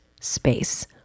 space